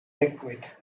liquid